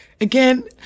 Again